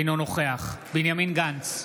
אינו נוכח בנימין גנץ,